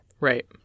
Right